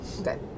Okay